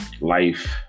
life